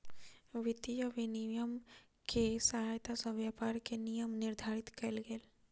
वित्तीय विनियम के सहायता सॅ व्यापार के नियम निर्धारित कयल गेल